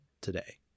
today